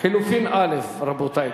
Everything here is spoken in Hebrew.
חלופין א', רבותי.